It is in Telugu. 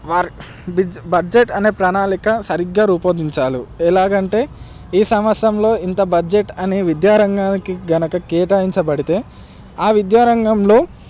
బడ్జెట్ అనే ప్రణాళిక సరిగ్గా రూపొందించాలు ఎలాగంటే ఈ సంవత్సరంలో ఇంత బడ్జెట్ అనే విద్యారంగానికి కనుక కేటాయించబడితే ఆ విద్యారంగంలో